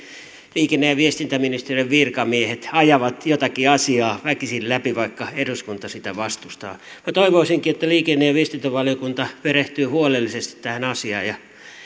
liikenne ja viestintäministeriön virkamiehet ajavat jotakin asiaa väkisin läpi vaikka eduskunta sitä vastustaa minä toivoisinkin että liikenne ja viestintävaliokunta perehtyy huolellisesti tähän asiaan ja